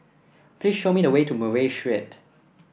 please show me the way to Murray Street